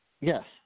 yes